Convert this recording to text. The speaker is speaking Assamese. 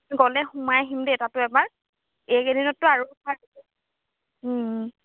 গ'লে সোমাই আহিম দে তাতো এবাৰ এইকেইদিনতো আৰু অফাৰ আহিব